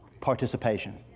Participation